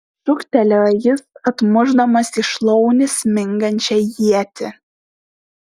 šūktelėjo jis atmušdamas į šlaunį smingančią ietį